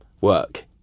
work